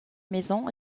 maison